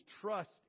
trust